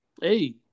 Hey